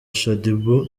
shaddyboo